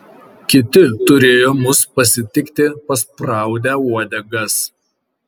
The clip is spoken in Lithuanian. kiti turėjo mus pasitikti paspraudę uodegas